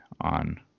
on